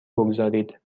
بگذارید